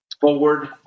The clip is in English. forward